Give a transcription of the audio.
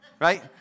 right